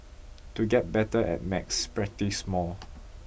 to get better at maths practise more